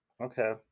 okay